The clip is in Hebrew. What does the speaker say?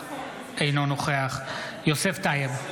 אינו נוכח יוסף טייב,